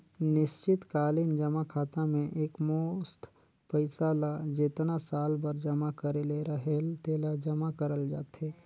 निस्चित कालीन जमा खाता में एकमुस्त पइसा ल जेतना साल बर जमा करे ले रहेल तेला जमा करल जाथे